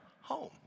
home